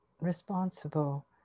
responsible